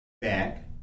back